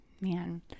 man